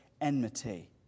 enmity